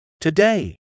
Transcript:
Today